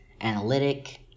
analytic